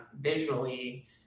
visually